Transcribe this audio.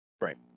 Right